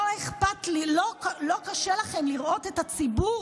לא אכפת, לא קשה לכם לראות את הציבור